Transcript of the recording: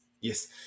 yes